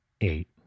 eight